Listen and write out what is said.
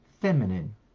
feminine